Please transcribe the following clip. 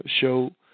show